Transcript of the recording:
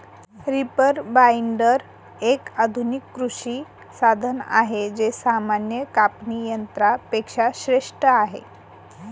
reaper binder, एक आधुनिक कृषी साधन आहे जे सामान्य कापणी यंत्रा पेक्षा श्रेष्ठ आहे